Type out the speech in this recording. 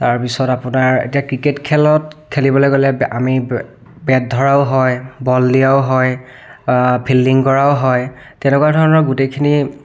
তাৰপিছত আপোনাৰ এতিয়া ক্ৰিকেট খেলত খেলিবলৈ গ'লে আমি বেট ধৰাও হয় বল দিয়াও হয় ফিল্ডিং কৰাও হয় তেনেকুৱা ধৰণৰ গোটেইখিনি